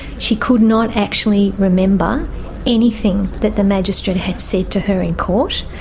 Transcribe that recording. she could not actually remember anything that the magistrate had said to her in court,